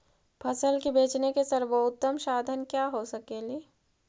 फसल के बेचने के सरबोतम साधन क्या हो सकेली?